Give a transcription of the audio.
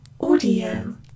Audio